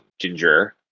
ginger